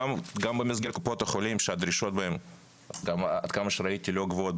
גם במסגרת קופות החולים הדרישות לא גבוהות במיוחד עד כמה שראיתי.